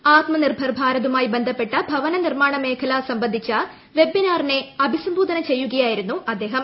ആത്മ നിർഭർ ഭാരതുമായി ബന്ധപ്പെട്ട ഭവന നിർമ്മാണമേഖല സംബന്ധിച്ച വെബ്നാറിനെ അഭിസം ബോധന ചെയ്യുകയായിരുന്നു അദ്ദേഹം